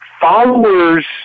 followers